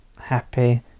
happy